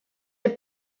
est